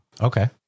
Okay